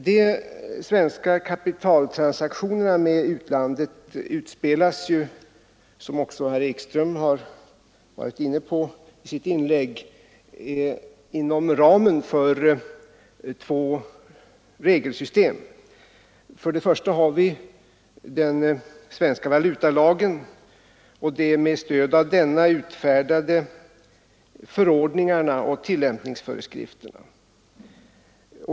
De svenska kapitaltransaktionerna med utlandet utspelas, som också herr Ekström var inne på i sitt inlägg, inom ramen för två regelsystem. För det första har vi den svenska valutalagen samt de med stöd av denna utfärdade förordningarna och tillämpningsföreskrifterna.